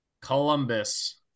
Columbus